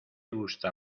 gusta